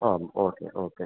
ആ okay okay